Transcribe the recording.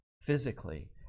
physically